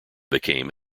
became